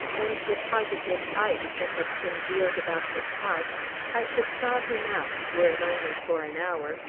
and the positive ice that had congealed about his heart i should thaw him out, were it only for an hour,